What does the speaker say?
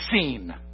seen